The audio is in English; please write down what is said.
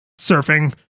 surfing